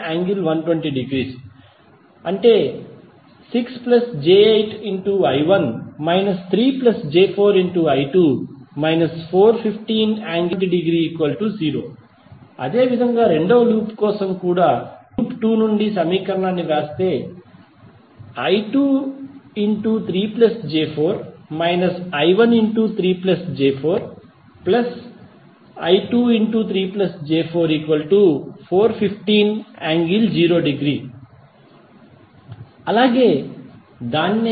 6 j8 I1 − 3 j4 I2 − 415∠120◦ 0 అదేవిధంగా రెండవ loop కోసం కూడా లూప్ 2 నుండి I23 j4 − I13 j4 I23 j4 415∠0◦ i